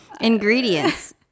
Ingredients